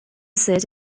seat